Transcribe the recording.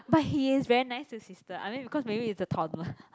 but he is very nice to his sister I mean because maybe he's a toddler